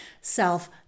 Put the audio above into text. self